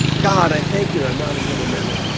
god, i thank you. i'm not another minute.